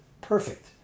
perfect